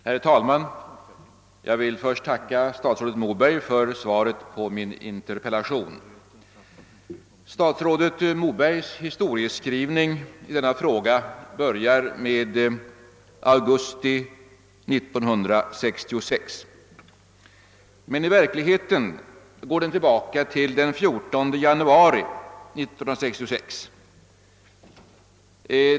Herr talman! Jag vill först tacka statsrådet Moberg för svaret på min interpellation. Statsrådet Mobergs historieskrivning i denna fråga börjar med augusti 1966, men i verkligheten går historien tillbaka till den 14 januari samma år.